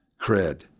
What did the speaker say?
cred